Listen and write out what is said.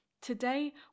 Today